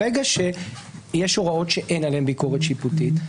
ברגע שיש הוראות שאין עליהן ביקורת שיפוטית,